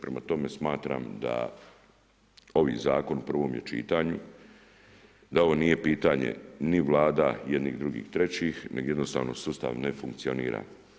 Prema tome smatram da ovi zakon u prvom je čitanju, da ovo nije pitanje ni vlada jednih, drugih, trećih, nego jednostavno sustav ne funkcionira.